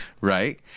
right